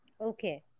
Okay